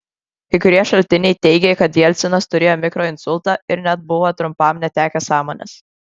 kai kurie šaltiniai teigia kad jelcinas turėjo mikroinsultą ir net buvo trumpam netekęs sąmonės